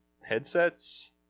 headsets